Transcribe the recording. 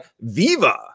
Viva